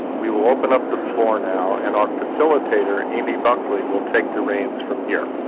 we will open up the floor now, and our facilitator, amy buckley, will take the reins from here.